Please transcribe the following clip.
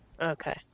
Okay